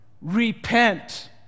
Repent